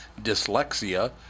dyslexia